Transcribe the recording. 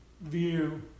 View